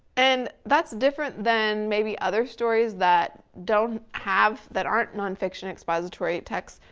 and that's different than, maybe other stories that, don't have, that aren't non-fiction expository texts,